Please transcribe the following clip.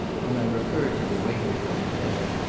when i referred to the waiter of the hotel,